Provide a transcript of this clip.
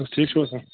ٹھیٖک